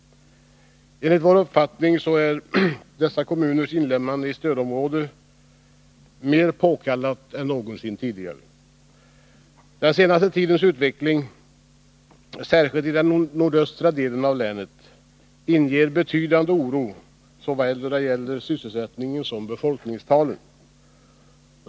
Enligt vår uppfattning är dessa kommuners inlemmande i stödområde mera påkallat än någonsin tidigare. Den senaste tidens utveckling, särskilt i den nordöstra delen av länet, inger betydande oro såväl då det gäller sysselsättningen som då det gäller befolkningstalen.